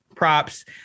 props